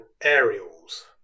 Aerial's